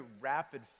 rapid